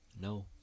No